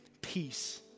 peace